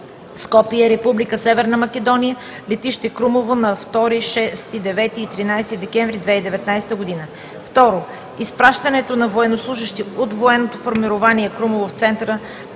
Северна Македония, летище Крумово, на 2, 6, 9 и 13 декември 2019 г. 2. Изпращането на военнослужещи от военното формирование – Крумово, в Центъра